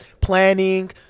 planning